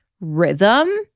rhythm